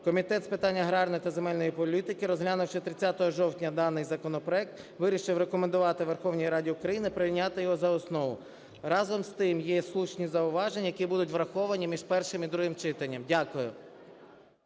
Комітет з питань аграрної та земельної політики, розглянувши 30 жовтня даний законопроект, вирішив рекомендувати Верховній Раді України прийняти за основу. Разом з тим, є слушні зауваження, які будуть враховані між першим і другим читанням. Дякую.